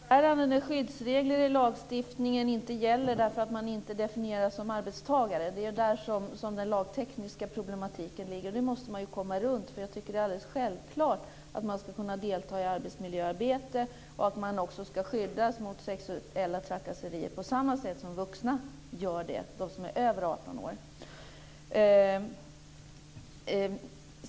Fru talman! Det är väldigt besvärande när skyddsregler i lagstiftningen inte gäller därför att man inte definieras som arbetstagare. Det är där som det lagtekniska problemet ligger. Det måste man komma runt. Jag tycker att det är alldeles självklart att man ska kunna delta i arbetsmiljöarbete och att man också ska skyddas mot sexuella trakasserier på samma sätt som vuxna, dvs. de som är över 18 år.